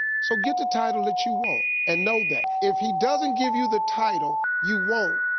so get the title that you want and know that if he doesn't give you the title you want,